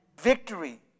victory